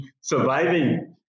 surviving